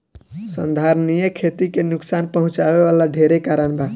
संधारनीय खेती के नुकसान पहुँचावे वाला ढेरे कारण बा